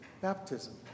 baptism